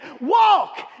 walk